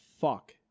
fuck